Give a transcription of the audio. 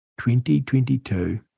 2022